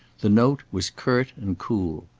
the note was curt and cool.